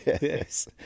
Yes